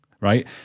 Right